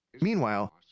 Meanwhile